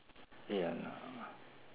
ya lah